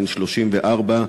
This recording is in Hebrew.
בן 34,